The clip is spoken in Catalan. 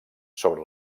sobre